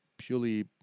purely